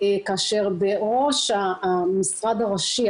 כאשר בראש המשרד הראשי,